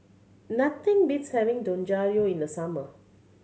nothing beats having Dangojiru in the summer